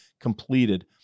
completed